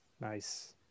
Nice